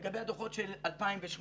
לגבי הדוחות של 2018,